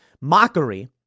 mockery